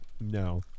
No